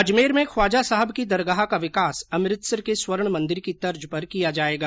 अजमेर में ख्वाजा साहब की दरगाह का विकास अमृतसर के स्वर्ण मन्दिर की तर्ज पर किया जाएगा